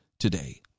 Today